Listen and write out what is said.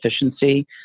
efficiency